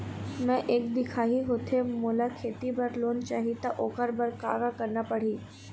मैं एक दिखाही होथे मोला खेती बर लोन चाही त ओकर बर का का करना पड़ही?